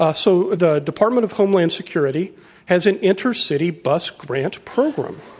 ah so the department of homeland security has an intercity bus grant program.